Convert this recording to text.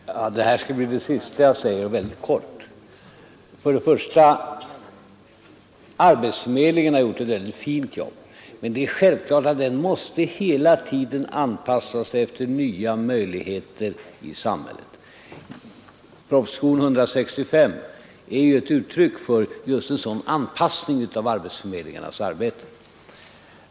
Herr talman! Det här skall bli det sista jag säger och väldigt kort. För det första: Arbetsförmedlingarna har gjort ett mycket fint jobb. Men det är självklart att de hela tiden måste anpassa sig efter nya möjligheter i samhället. Propositionen 165 är ju ett uttryck för just en sådan anpassning av arbetsförmedlingarnas arbete.